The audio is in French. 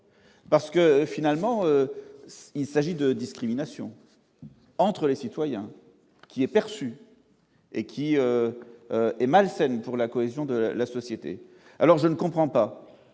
parce que finalement s'il s'agit de discrimination entre les citoyens qui est perçu, et qui est malsaine pour la cohésion de la société, alors je ne comprends pas,